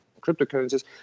cryptocurrencies